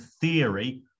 theory